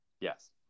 Yes